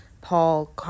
Paul